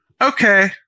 Okay